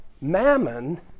mammon